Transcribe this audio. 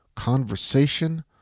Conversation